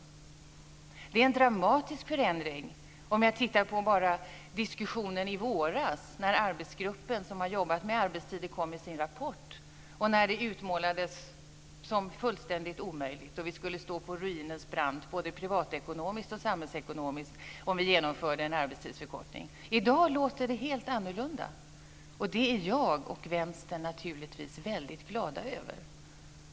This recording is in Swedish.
Det är en dramatisk förändring. När arbetsgruppen, som har jobbat med arbetstiden, kom med sin rapport i våras utmålades det här som fullständigt omöjligt i diskussionen. Vi skulle stå på ruinens brant både privatekonomiskt och samhällsekonomiskt om vi genomförde en arbetstidsförkortning. I dag låter det helt annorlunda, och det är jag och Vänstern naturligtvis väldigt glada över.